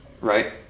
Right